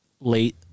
late